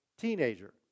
teenager